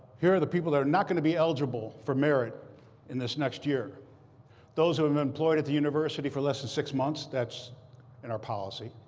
here are the people that are not going to be eligible for merit in this next year those who have been employed at the university for less than six months. that's in our policy.